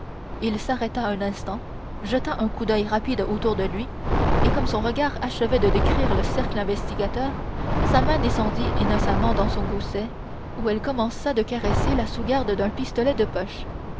il s'arrêta un instant jeta un coup d'oeil rapide autour de lui et comme son regard achevait de décrire le cercle investigateur sa main descendit innocemment dans son gousset ou elle commença de caresser la sous garde d'un pistolet de poche